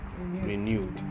Renewed